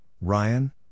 Ryan